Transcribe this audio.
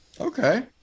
Okay